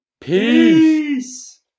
Peace